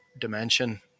dimension